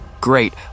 Great